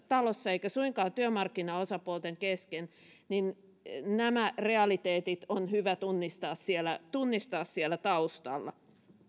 talossa eikä suinkaan työmarkkinaosapuolten kesken niin nämä realiteetit on hyvä tunnistaa siellä tunnistaa siellä taustalla